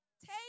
Take